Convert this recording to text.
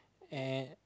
and